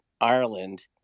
Ireland